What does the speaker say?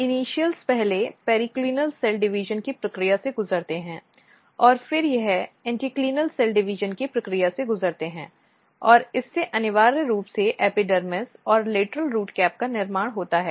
initials पहले periclinal cell division की प्रक्रिया से गुजरते हैं और फिर यह एंटीकाइनल सेल डिवीजन की प्रक्रिया से गुजरते हैं और इससे अनिवार्य रूप से एपिडर्मिस और लेटरल रूट कैप का निर्माण होता है